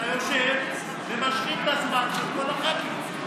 אתה יושב ומשחית את הזמן של כל הח"כים.